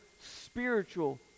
spiritual